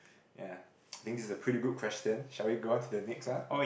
ya I think this is a pretty good question shall we go on to the next one